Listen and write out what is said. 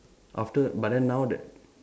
after but then now that